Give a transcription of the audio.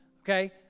okay